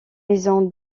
maison